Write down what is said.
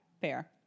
fair